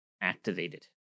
activated